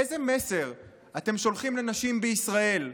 איזה מסר אתם שולחים לנשים בישראל,